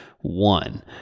one